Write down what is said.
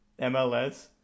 MLS